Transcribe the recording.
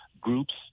groups